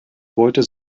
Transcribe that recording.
wollten